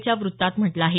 च्या वृत्तात म्हटलं आहे